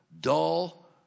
dull